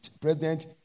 president